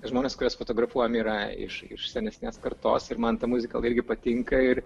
žmonės kuriuos fotografuojam yra iš senesnės kartos ir man ta muzika irgi patinka ir